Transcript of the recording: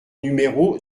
numéro